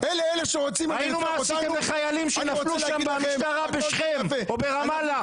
ראינו מה עשיתם לחיילים שנפלו שם במשטרה בשכם או ברמאללה.